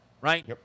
Right